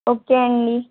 okay అండి